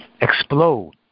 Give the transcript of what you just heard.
Explode